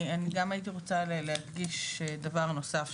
אני גם הייתי רוצה להדגיש דבר נוסף.